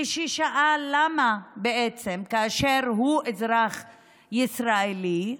כששאל למה בעצם, כאשר הוא אזרח ישראלי,